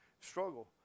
struggle